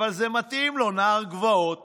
אבל זה מתאים לו, נער גבעות